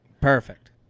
Perfect